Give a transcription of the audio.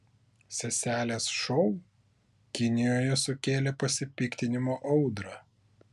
seselės šou kinijoje sukėlė pasipiktinimo audrą